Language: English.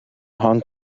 hong